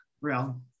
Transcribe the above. real